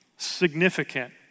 significant